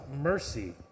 mercy